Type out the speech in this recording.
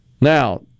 Now